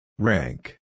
Rank